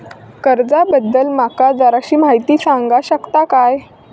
कर्जा बद्दल माका जराशी माहिती सांगा शकता काय?